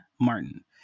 Martin